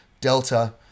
Delta